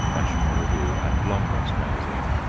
national review, and longman's magazine.